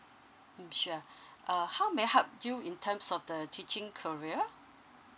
sure err how may I help you in terms of the teaching career mm